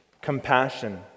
compassion